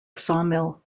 sawmill